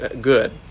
Good